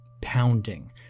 Pounding